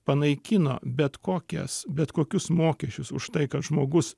panaikino bet kokias bet kokius mokesčius už tai kad žmogus